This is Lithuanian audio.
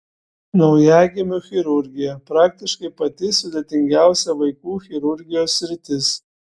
naujagimių chirurgija praktiškai pati sudėtingiausia vaikų chirurgijos sritis